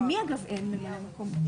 אגב, למי אין ממלא מקום?